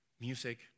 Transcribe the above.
music